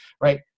right